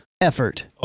effort